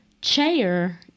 chair